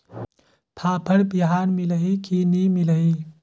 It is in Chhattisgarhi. फाफण बिहान मिलही की नी मिलही?